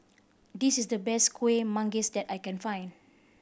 this is the best Kueh Manggis that I can find